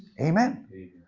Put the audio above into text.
Amen